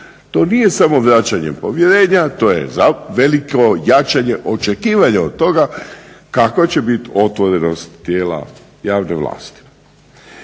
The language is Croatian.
To nije samo vraćanje povjerenja, to je veliko jačanje očekivanja od toga kakva će bit otvorenost tijela javne vlasti.